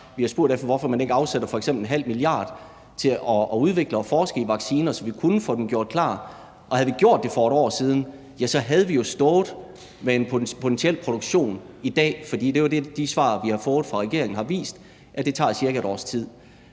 Vi har spurgt om, hvorfor man ikke afsætter f.eks. 0,5 mia. kr. til at udvikle og forske i vacciner, så vi kunne få den gjort klar, og havde vi gjort det for et år siden, havde vi jo stået med en potentiel produktion i dag, for de svar, vi har fået fra regeringen, har vist, at det tager cirka et års tid.